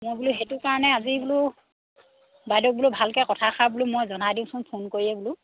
মই বোলো সেইটো কাৰণে আজি বোলো বাইদেউক বোলো ভালকৈ কথাষাৰ বোলো মই জনাই দিওঁচোন ফোন কৰিয়েই বোলো